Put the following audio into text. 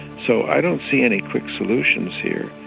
so i don't see any quick solutions here.